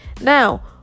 Now